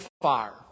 fire